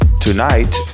Tonight